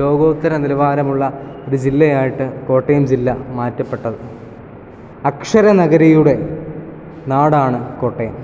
ലോകോത്തര നിലവാരമുള്ള ഒരു ജില്ലയായിട്ട് കോട്ടയം ജില്ല മാറ്റപ്പെട്ടത് അക്ഷര നഗരിയുടെ നാടാണ് കോട്ടയം